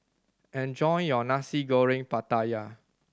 enjoy your Nasi Goreng Pattaya